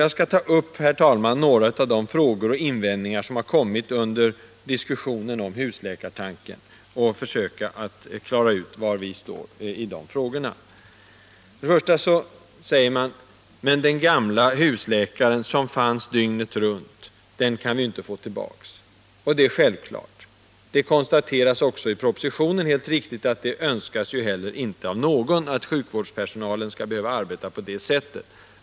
Jag skall ta upp några av de frågor och invändningar som har kommit under diskussionen om husläkartanken, och försöka klara ut var vi står. För det första säger man: Den gamle husläkaren som fanns dygnet runt kan vi ju inte få tillbaka. Nej, det är självklart. Det konstateras också helt riktigt i propositionen att ingen önskar att sjukvårdspersonalen skall behöva arbeta på det sättet.